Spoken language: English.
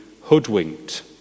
hoodwinked